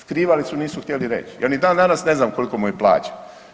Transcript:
Skrivali su, nisu htjeli reći, ja ni dan danas ne znam kolika mu je plaća.